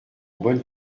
bonne